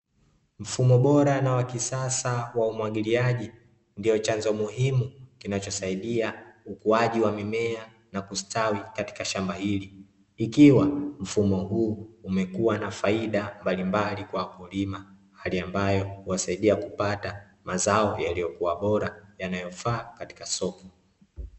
Mfumo bora na wa kisasa wa umwagiliaji, ndiyo chanzo muhimu kinachosaidia ukuaji wa mimea na kustawi katika shamba hili. Ikiwa mfumo huu umekuwa na faida mbalimbali kwa wakulima. Hali ambayo huwasaidia kupata mazao yaliyokuwa bora yanayofaa katika soko.